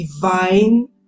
divine